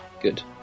good